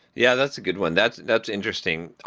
yeah, that's a good one. that's that's interesting.